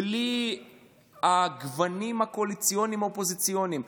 בלי הגוונים הקואליציוניים והאופוזיציוניים.